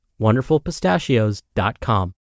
WonderfulPistachios.com